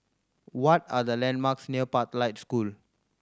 what are the landmarks near Pathlight School